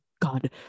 God